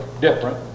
different